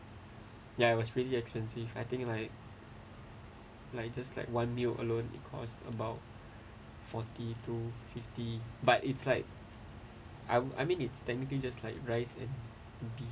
ya it was really expensive I think like like just like one meal alone it cost about forty to fifty but it's like I I mean it's technically just like rice and beef